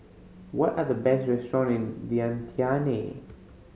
what are the best restaurant in Vientiane